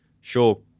sure